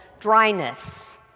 dryness